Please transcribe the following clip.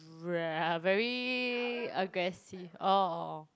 br~ very aggressive orh orh orh